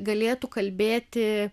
galėtų kalbėti